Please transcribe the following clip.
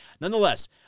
nonetheless